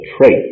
trait